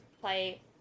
play